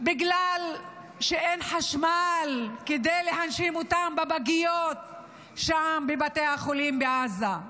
בגלל שאין חשמל כדי להנשים אותם בפגיות שם בבתי החולים בעזה,